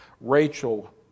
Rachel